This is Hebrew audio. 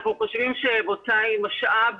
אנחנו חושבים שבוצה היא משאב